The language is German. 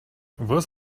was